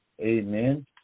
Amen